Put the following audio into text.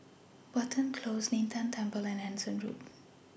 Watten Close Lin Tan Temple and Anson Road